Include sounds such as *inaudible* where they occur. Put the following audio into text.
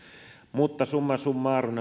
mutta summa summarum *unintelligible*